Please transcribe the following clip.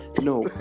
no